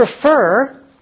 prefer